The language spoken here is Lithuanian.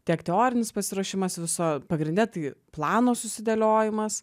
tiek teorinis pasiruošimas viso pagrinde tai plano susidėliojimas